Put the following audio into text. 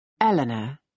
Eleanor